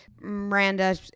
Miranda